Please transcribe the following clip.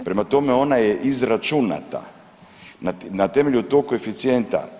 Prema tome, ona je izračunata na temelju tog koeficijenta.